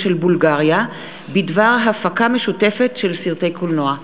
של בולגריה בדבר הפקה משותפת של סרטי קולנוע.